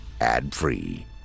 ad-free